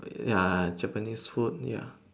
ya Japanese food ya